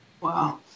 Wow